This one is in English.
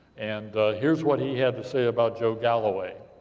and here's what he had to say about joe galloway.